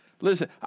Listen